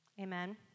Amen